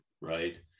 right